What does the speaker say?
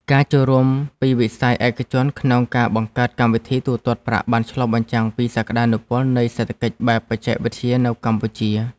ការចូលរួមពីវិស័យឯកជនក្នុងការបង្កើតកម្មវិធីទូទាត់ប្រាក់បានឆ្លុះបញ្ចាំងពីសក្តានុពលនៃសេដ្ឋកិច្ចបែបបច្ចេកវិទ្យានៅកម្ពុជា។